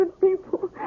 people